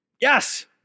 yes